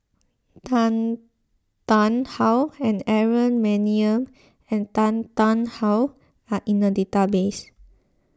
Tan Tarn How and Aaron Maniam and Tan Tarn How are in the database